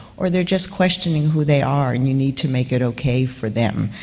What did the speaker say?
or they're just questioning who they are, and you need to make it okay for them.